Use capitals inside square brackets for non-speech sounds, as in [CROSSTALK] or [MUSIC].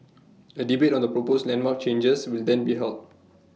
[NOISE] A debate on the proposed landmark changes will then be held